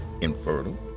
infertile